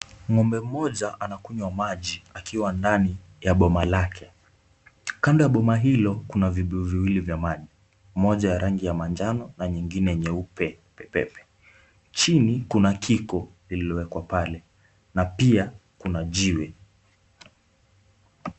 Ng'ombe mmoja anakunywa maji akiwa ndani ya boma lake. Kando ya boma hilo kuna vibuyu viwili vya maji. Moja ya rangi ya manjano na nyingine nyeupe pepepe. Chini kuna kiko lililowekwa pale na pia kuna jiwe.